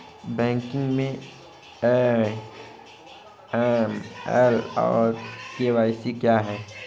Banking में AML और KYC क्या हैं?